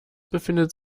befindet